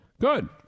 Good